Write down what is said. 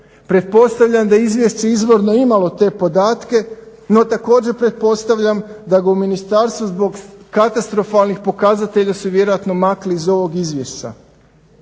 Pretpostavljam da je izvješće izvorno imalo te podatke no također pretpostavljam da ga u ministarstvu zbog katastrofalnih pokazatelja su vjerojatno maknuli iz ovog izvješća.